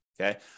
Okay